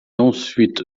ensuite